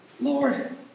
Lord